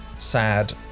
sad